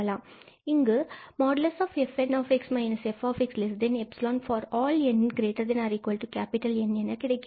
இங்கு |𝑓𝑛𝑥−𝑓𝑥|𝜖 for all 𝑛≥𝑁𝜖𝑥 என கிடைக்கிறது